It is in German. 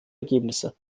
ergebnisse